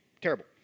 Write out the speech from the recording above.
Terrible